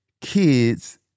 kids